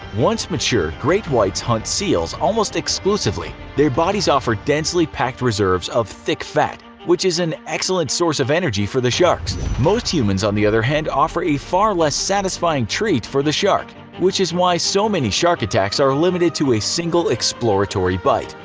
once mature, great whites hunt seals almost exclusively, their bodies offer densely packed reserves of thick fat which is an excellent source of energy for the sharks. most humans on the other hand offer a far less satisfying treat for the shark, which is why so many shark attacks are limited to a single exploratory bite,